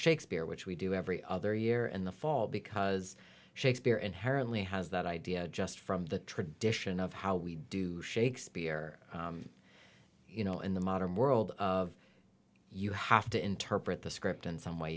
shakespeare which we do every other year in the fall because shakespeare inherently has that idea just from the tradition of how we do shakespeare you know in the modern world of you have to interpret the script in some way